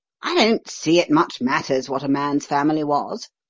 i don't see it much matters what a man's family was,